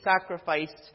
sacrificed